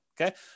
Okay